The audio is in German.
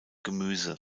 gemüse